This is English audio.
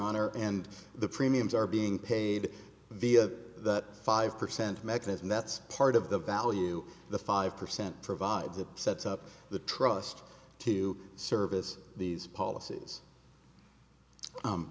honor and the premiums are being paid via that five percent mechanism that's part of the value the five percent provides it sets up the trust to service these policies